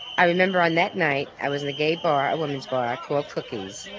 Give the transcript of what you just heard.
i remember on that night i was in the gay bar, a women's bar called cookies.